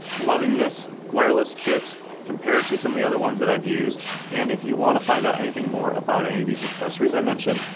loving this wireless kit compared to some of the other ones that i have used and if you want to find out anything more about any of these accessories i mentioned,